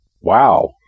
Wow